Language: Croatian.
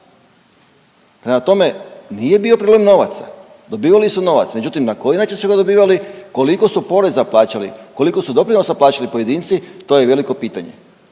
Prema tome nije bio problem novaca, dobivali su novac, međutim na koji način su ga dobivali, koliko su poreza plaćali, koliko su doprinosa plaćali pojedinci to je veliko pitanje.